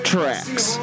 Tracks